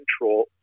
control